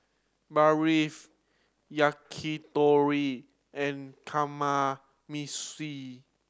Barfi Yakitori and Kamameshi